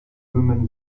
woman